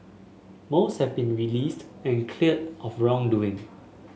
most have been released and cleared of wrongdoing